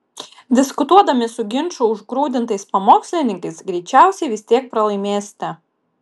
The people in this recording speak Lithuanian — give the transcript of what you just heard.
diskutuodami su ginčų užgrūdintais pamokslininkais greičiausiai vis tiek pralaimėsite